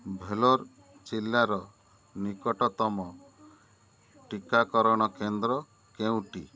ଭେଲୋର ଜିଲ୍ଲାର ନିକଟତମ ଟିକାକରଣ କେନ୍ଦ୍ର କେଉଁଟି